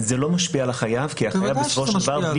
זה לא משפיע על החייב כי החייב בסופו של דבר,